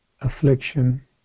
affliction